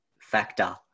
factor